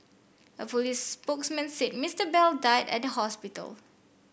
a police spokesman said Mister Bell died at the hospital